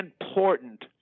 important